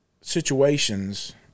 situations